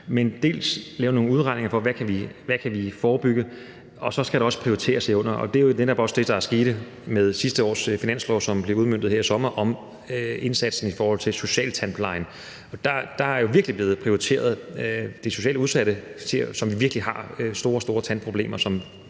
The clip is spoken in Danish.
kan dels lave nogle udregninger over, hvad vi kan forebygge, og så skal der også prioriteres. Og det er netop også det, der er tydeligt med sidste års finanslov, som blev udmøntet her i sommer, om indsatsen i forhold til socialtandplejen. Der er virkelig blevet prioriteret i forhold til de socialt udsatte – som virkelig har store, store tandproblemer,